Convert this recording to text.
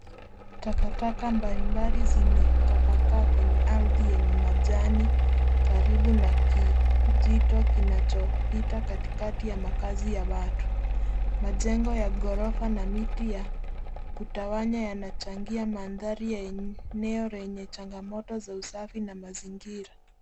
Takataka mbalimbali zimetapakaa kwenye ardhi yenye majani karibu na kijito kinachopita katikati ya makazi ya watu. Majengo ya ghorofa na miti ya kutawanya yanachangia mandhari ya eneo lenye changamoto za usafi na mazingira.